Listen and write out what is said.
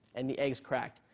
and the eggs cracked.